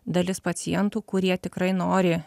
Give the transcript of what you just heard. dalis pacientų kurie tikrai nori